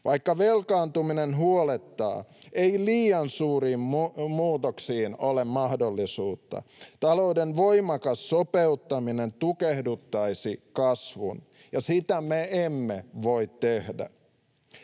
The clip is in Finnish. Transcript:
Vaikka velkaantuminen huolettaa, ei liian suuriin muutoksiin ole mahdollisuutta. Talouden voimakas sopeuttaminen tukehduttaisi kasvun, ja sitä me emme voi tehdä.